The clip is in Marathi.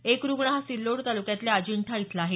एक रुग्ण हा सिल्लोड तालुक्यातल्या अजिंठा इथला आहे